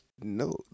No